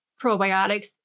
probiotics